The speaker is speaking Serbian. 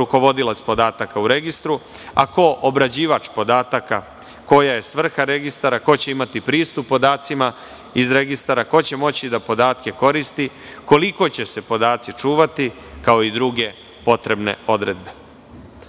rukovodilac podataka u registru, a ko obrađivač podataka, koja je svrha registara, ko će imati pristup podacima iz registara, ko će moći podatke da koristi, koliko će podaci čuvati, kao i druge potrebne odredbe. Na